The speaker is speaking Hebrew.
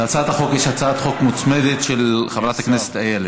להצעת החוק יש הצעת חוק מוצמדת של חברת הכנסת איילת.